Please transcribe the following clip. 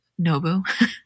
Nobu